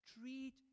treat